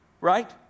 Right